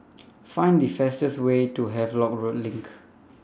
Find The fastest Way to Havelock Road LINK